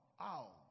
Ow